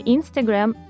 Instagram